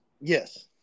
Yes